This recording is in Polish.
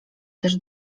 też